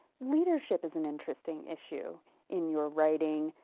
leadership is an interesting issue in your writing.